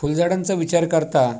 फुलझाडांचा विचार करता